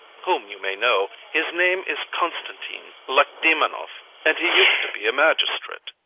whom you may know his name is constantine lakedemonoff, and he used to be a magistrate